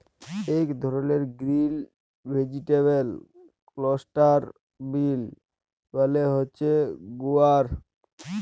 ইক ধরলের green vegetable cluster bean মালে হছে গুয়ার